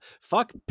Fuck